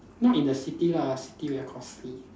not in the city lah city very costly